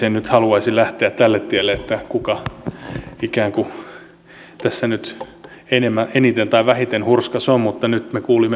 en nyt haluaisi lähteä tälle tielle kuka tässä nyt eniten tai vähiten hurskas on mutta nyt me kuulimme ministerin puheenvuoron